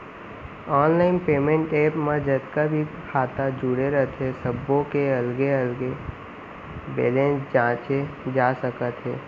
online payment app म जतका भी खाता जुरे रथे सब्बो के अलगे अलगे बेलेंस जांचे जा सकत हे